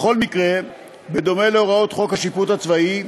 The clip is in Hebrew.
בכל מקרה, בדומה להוראות חוק השיפוט הצבאי,